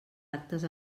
actes